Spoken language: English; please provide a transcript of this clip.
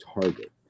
target